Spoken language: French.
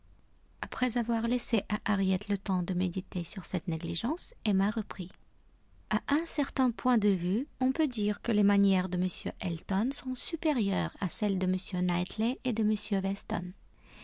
après avoir laissé à harriet le temps de méditer sur cette négligence emma reprit à un certain point de vue on peut dire que les manières de m elton sont supérieures à celles de m knightley et de m weston